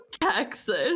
Texas